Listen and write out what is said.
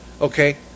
Okay